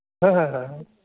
ᱦᱮᱸ ᱦᱮᱸ